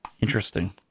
Interesting